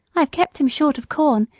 i have kept him short of corn,